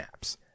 apps